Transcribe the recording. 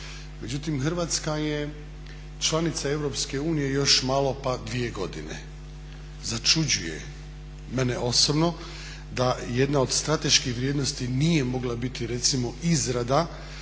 Međutim, Hrvatska je članica Europske unije još malo pa 2 godine. Začuđuje mene osobno da jedna od strateških vrijednosti nije mogla biti recimo izrada